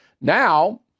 Now